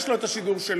יש לו את השידור שלו,